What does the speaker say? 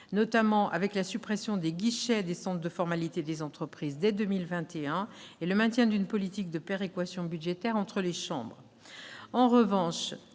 notamment avec la suppression des guichets des centres de formalités des entreprises dès 2021 et le maintien d'une politique de péréquation budgétaire entre les chambres.